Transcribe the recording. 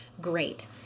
great